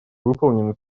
выполнены